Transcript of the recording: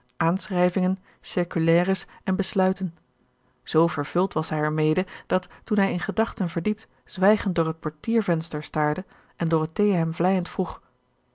aanschrijvingen circulaires en besluiten zoo vervuld was hij er mede dat toen hij in gedachten verdiept zwijgend door het portiervenster staarde en dorothea hem vleiend vroeg